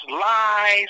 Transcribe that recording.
lies